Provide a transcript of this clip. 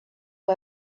who